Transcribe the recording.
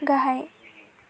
गाहाय